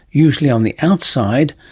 usually on the outside,